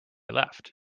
left